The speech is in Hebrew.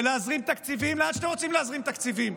ולהזרים תקציבים לאן שאתם רוצים להזרים תקציבים,